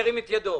ירים את ידו.